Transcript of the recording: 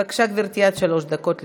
בבקשה, גברתי, עד שלוש דקות לרשותך.